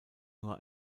nur